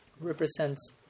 represents